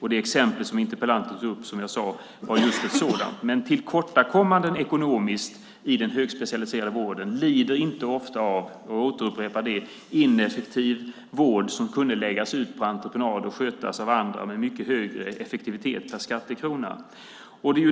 Interpellantens exempel var, som jag sagt, just ett sådant. Tillkortakommanden ekonomiskt i den högspecialiserade vården lider ofta - jag upprepar det - av en ineffektiv vård, av en vård som kunde läggas ut på entreprenad och skötas av andra och då med en mycket större effektivitet per skattekrona.